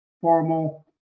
formal